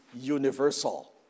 universal